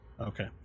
Okay